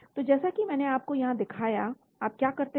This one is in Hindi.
तो जैसा कि मैंने आपको यहाँ दिखाया आप क्या करते हैं